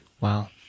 Wow